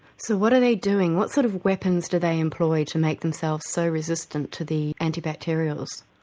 so what are they doing? what sort of weapons do they employ to make themselves so resistant to the antibacterials?